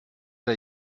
der